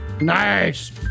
nice